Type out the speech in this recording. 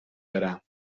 برم